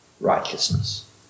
righteousness